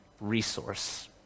Resource